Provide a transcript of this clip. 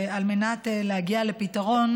ועל מנת להגיע לפתרון,